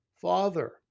Father